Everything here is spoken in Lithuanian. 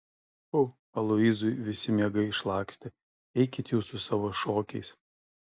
pfu aloyzui visi miegai išlakstė eikit jūs su savo šokiais